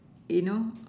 you know